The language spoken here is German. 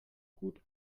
gut